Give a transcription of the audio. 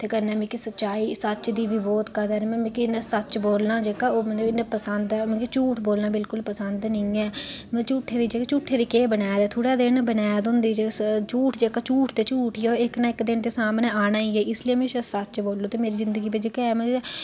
ते कन्नै मिगी सच्चाई सच्च दी बी बहुत कदर ऐ मतलब मिगी इ'नें सच्च बोलना जेह्का मत मिगी पसंद ऐ मतलब कि झूठ बोलना बिल्कुल पसंद नेईं ऐ में झूठें दी जेह्की झूठे दी केह् मनैद ऐ थोह्ड़े दिन गै बनैद होंदी जेह्का स झूठ जेह्का झूठ ते झूठ ई ऐ ओह् इक न इक दिन ते सामनै औना गै ऐ इस लेई म्हेशा सच्च बोल्लो ते मेरी जिंदगी बिच जेह्का ऐ ते मतलब ऐ